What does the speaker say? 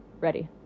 ready